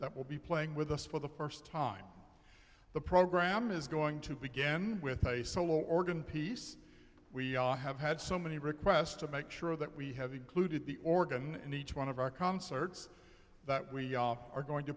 that will be playing with us for the first time the program is going to begin with a solo organ piece we have had so many requests to make sure that we have included the organ and each one of our concerts that we are going to